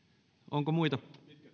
onko muita